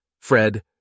Fred